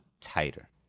tighter